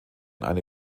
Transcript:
eine